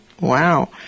Wow